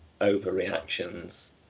overreactions